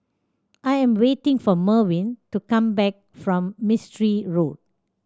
I am waiting for Merwin to come back from Mistri Road